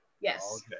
yes